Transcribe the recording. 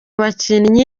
bakinnyi